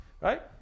Right